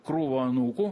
krūvą anūkų